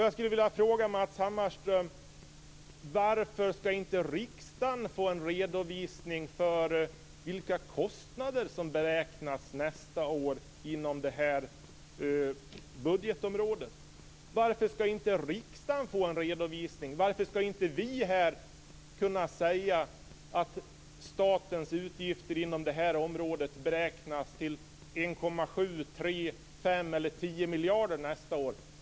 Jag skulle vilja fråga Matz Hammarström: Varför skall inte riksdagen få en redovisning för vilka kostnader som beräknas nästa år inom detta budgetområde? Varför skall inte vi här kunna säga att statens utgifter inom detta område beräknas till 1,7, 3, 5 eller 10 miljarder nästa år?